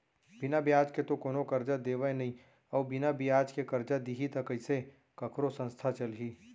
बिना बियाज के तो कोनो करजा देवय नइ अउ बिना बियाज के करजा दिही त कइसे कखरो संस्था चलही